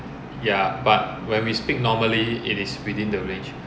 err 在忙着他的 reno 的东西 lor